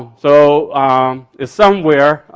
so it's somewhere,